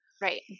Right